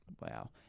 Wow